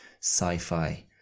sci-fi